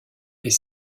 est